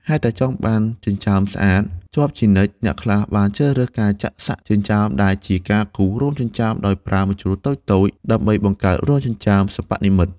ហេតុតែចង់បានចិញ្ចើមស្អាតជាប់ជានិច្ច អ្នកខ្លះបានជ្រើសរើសការចាក់សាក់ចិញ្ចើម ដែលជាការគូររោមចិញ្ចើមដោយប្រើម្ជុលតូចៗ ដើម្បីបង្កើតរោមចិញ្ចើមសិប្បនិម្មិត។